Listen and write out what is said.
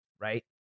right